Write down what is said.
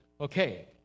Okay